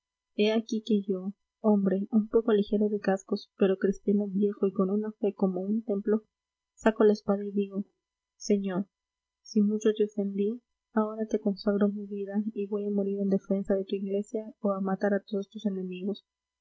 he aquí que yo hombre un poco ligero de cascos pero cristiano viejo y con una fe como un templo saco la espada y digo señor si mucho te ofendí ahora te consagro mi vida y voy a morir en defensa de tu iglesia o a matar a todos tus enemigos